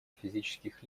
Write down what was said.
физических